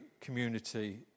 community